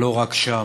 אבל לא רק שם.